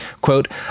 Quote